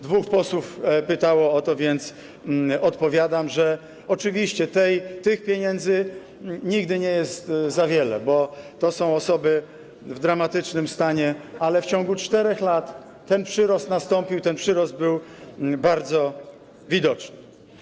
Dwóch posłów pytało o to, więc odpowiadam, że oczywiście tych pieniędzy nigdy nie jest za wiele, bo to są osoby w dramatycznym stanie, ale w ciągu 4 lat ten przyrost nastąpił, ten przyrost był bardzo widoczny.